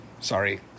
Sorry